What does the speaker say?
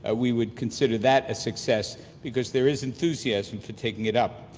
ah we would consider that a success because there is enthusiasm to taking it up.